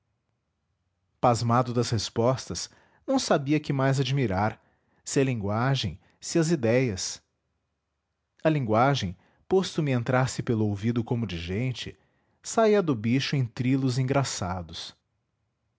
pasmado das respostas não sabia que mais admirar se a linguagem se as idéias a linguagem posto me entrasse pelo ouvido como de gente saía do bicho em trilos engraçados